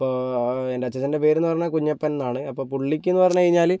ഇപ്പോൾ എൻ്റെ അച്ഛച്ഛൻ്റെ പേരെന്ന് പറഞ്ഞാൽ കുഞ്ഞപ്പൻ എന്നാണ് അപ്പോൾ പുള്ളിക്കെന്ന് പറഞ്ഞ് കഴിഞ്ഞാൽ